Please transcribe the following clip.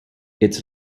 its